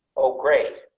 oh, great.